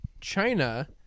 china